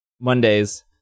Mondays